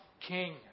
king